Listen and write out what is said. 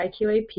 IQAP